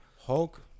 Hulk